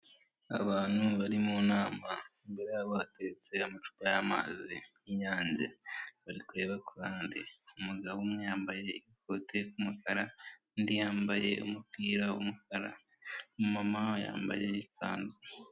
Abantu bari mu nama, imbere yabo hateretse amacupa y'amazi y'inyange, bari kureba kuruhande, umugabo umwe yambaye ikote ry'umukara, undi yambaye umupira w'umukara, umumama yambaye ikanzu.